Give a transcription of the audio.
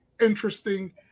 interesting